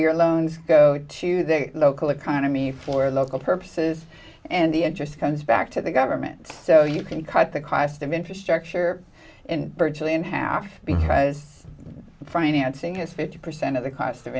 your loans go to the local economy for local purposes and the interest comes back to the government so you can cut the cost of infrastructure in virtually in half because rise financing is fifty percent of the cost of